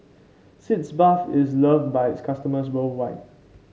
Sitz Bath is loved by its customers worldwide